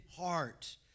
heart